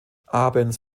abends